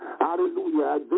Hallelujah